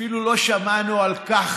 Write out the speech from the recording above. אפילו לא שמענו על כך